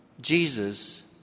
Jesus